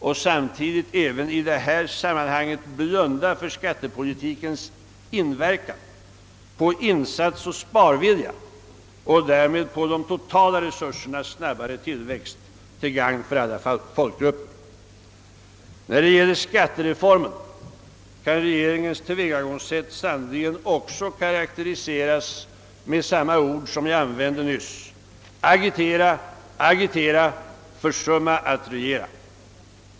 Och samtidigt blundar den även i det här sammanhanget för skattepolitikens inverkan på insats och sparvilja och därmed på de totala resursernas snabbare tillväxt till gagn för alla folkgrupper. När det gäller skattereformen kan regeringens tillvägagångssätt sannerligen också karaktäriseras med samma ord som jag nyss använde: agitera, agitera, försumma att regera.